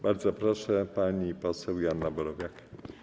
Bardzo proszę, pani poseł Joanna Borowiak.